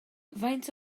faint